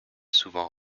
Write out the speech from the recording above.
souvent